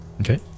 Okay